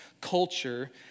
culture